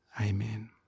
Amen